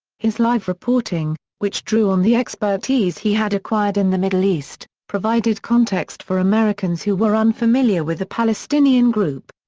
his live reporting, which drew on the expertise he had acquired in the middle east, provided context for americans who were unfamiliar with the palestinian group.